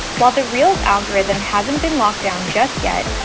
while the reels algorithm hasn't been locked down just yet,